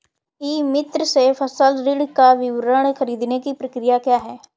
ई मित्र से फसल ऋण का विवरण ख़रीदने की प्रक्रिया क्या है?